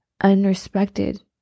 unrespected